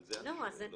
על זה אני שואל.